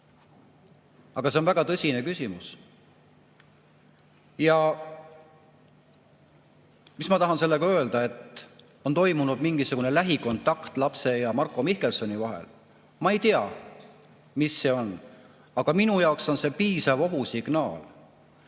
Aga see on väga tõsine küsimus. Ja mis ma tahan sellega öelda, on see, et on toimunud mingisugune lähikontakt lapse ja Marko Mihkelsoni vahel. Ma ei tea, mis see on, aga minu jaoks on see piisav ohusignaal.